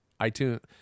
iTunes